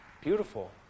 Beautiful